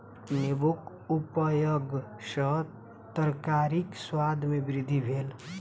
नेबोक उपयग सॅ तरकारीक स्वाद में वृद्धि भेल